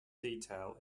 detail